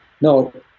no